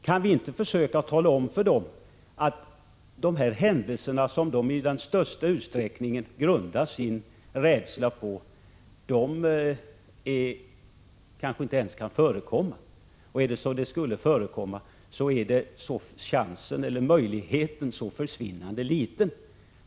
Kan vi inte försöka tala om för dem att de händelser som de i största utsträckning grundar sin rädsla på kanske inte ens kan förekomma och att möjligheten att de skulle förekomma är försvinnande liten?